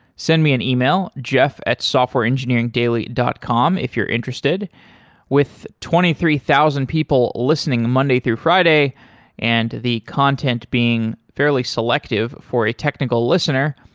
send me an e-mail jeff at softwareengineeringdaily dot com if you're interested with twenty three thousand people listening monday through friday and the content being fairly selective for a technical listener,